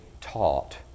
taught